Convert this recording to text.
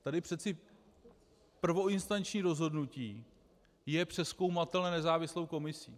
Tady přece prvoinstanční rozhodnutí je přezkoumatelné nezávislou komisí.